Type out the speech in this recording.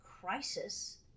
crisis